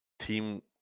team